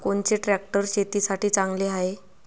कोनचे ट्रॅक्टर शेतीसाठी चांगले हाये?